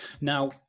Now